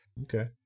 Okay